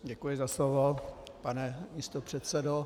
Děkuji za slovo, pane místopředsedo.